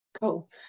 Cool